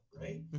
right